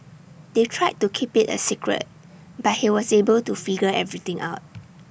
they tried to keep IT A secret but he was able to figure everything out